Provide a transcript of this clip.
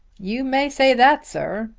you may say that, sir.